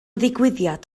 ddigwyddiad